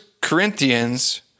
Corinthians